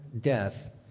death